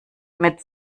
mit